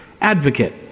advocate